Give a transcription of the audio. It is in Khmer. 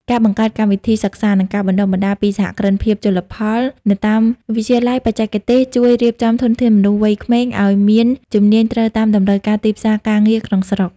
ការបង្កើតកម្មវិធីសិក្សា និងការបណ្ដុះបណ្ដាលពីសហគ្រិនភាពជលផលនៅតាមវិទ្យាល័យបច្ចេកទេស ជួយរៀបចំធនធានមនុស្សវ័យក្មេងឱ្យមានជំនាញត្រូវតាមតម្រូវការទីផ្សារការងារក្នុងស្រុក។